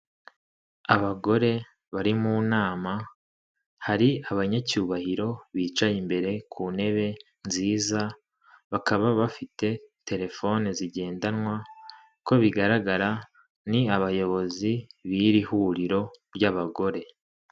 Abagore bari mu nama; hari abanyacyubahiro bicaye imbere ku ntebe nziza; bakaba bafite telefoni zigendanwa; uko bigaragara ni abayobozi b'iri huriro ry'abagore.